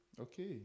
Okay